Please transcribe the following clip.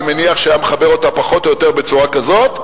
אני מניח שהוא היה מחבר אותה פחות או יותר בצורה כזאת.